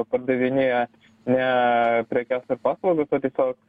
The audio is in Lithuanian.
pardavinėja ne prekes ir paslaugas o tiesiog